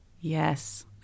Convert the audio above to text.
yes